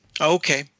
Okay